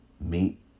meet